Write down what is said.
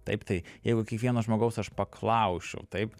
taip tai jeigu kiekvieno žmogaus aš paklausčiau taip